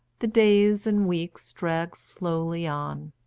the days and weeks dragged slowly on,